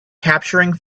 capturing